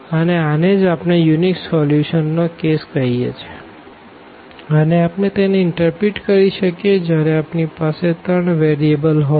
અને આને જ આપણે યુનિક સોલ્યુશન નો કેસ કહીએ છે અને આપણે તેને ઇન્ટરપ્રીટ કરી શકીએ જયારે આપણી પાસે 3 વેરીએબલ હોઈ